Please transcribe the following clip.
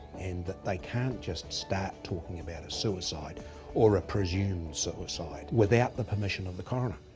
and that they can't just start talking about a suicide or a presumed suicide without the permission of the coroner.